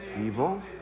evil